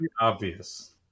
Obvious